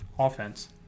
offense